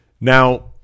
Now